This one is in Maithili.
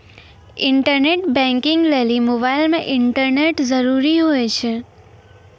इंटरनेट बैंकिंग लेली मोबाइल मे इंटरनेट जरूरी हुवै छै